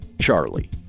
Charlie